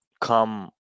come